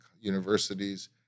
universities